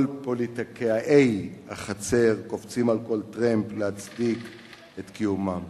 כל פוליטיקאי החצר קופצים על כל טרמפ להצדיק את קיומם.